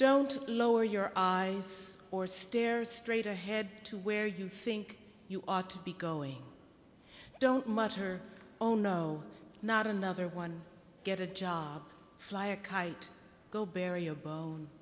don't lower your eyes or stares straight ahead to where you think you ought to be going don't much her oh no not another one get a job fly a kite go bury a bone